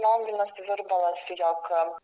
lionginas virbalas jog